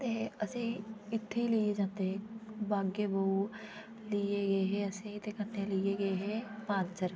ते असेई इत्थै लियै जंदे हे बागेबहू लियै गे हे असेई ते कन्ने लियै गे हे मानसर